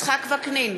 יצחק וקנין,